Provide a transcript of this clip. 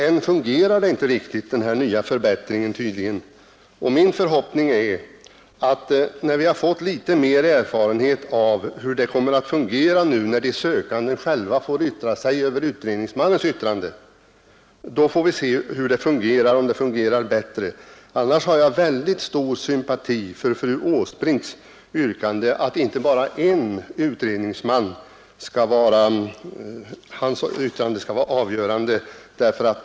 Än fungerar tydligen inte förbättringen riktigt. När vi har fått litet mer erfarenhet av hur det kommer att fungera, då de sökande själva får yttra sig över utredningsmannens utlåtande, kan vi avgöra om det fungerar bättre. Annars har jag väldigt stor sympati för fru Åsbrinks yrkande, att en utredningsmans yttrande inte skall vara ensamt avgörande.